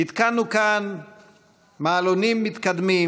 התקנו כאן מעלונים מתקדמים,